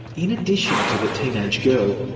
in addition to the teenage girl,